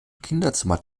kinderzimmer